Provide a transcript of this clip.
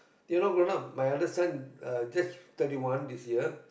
you know grown up my eldest son uh just thirty one this year